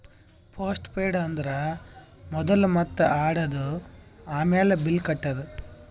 post paid ಅಂದುರ್ ಮೊದುಲ್ ಮಾತ್ ಆಡದು, ಆಮ್ಯಾಲ್ ಬಿಲ್ ಕಟ್ಟದು